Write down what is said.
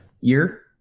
year